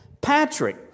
Patrick